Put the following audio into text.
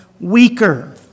weaker